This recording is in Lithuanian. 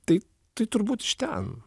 tai tai turbūt iš ten